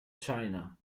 china